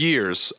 Years